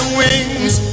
wings